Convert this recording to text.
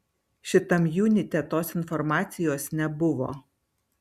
šitam junite tos informacijos nebuvo